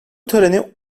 töreni